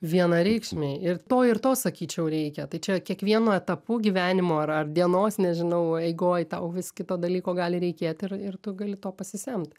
vienareikšmiai ir to ir to sakyčiau reikia tai čia kiekvienu etapu gyvenimo ar ar dienos nežinau eigoj tau vis kito dalyko gali reikėt ir ir tu gali to pasisemt